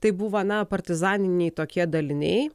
tai buvo na partizaniniai tokie daliniai